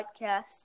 podcast